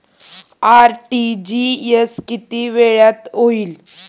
RTGS किती वेळात होईल?